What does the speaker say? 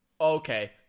Okay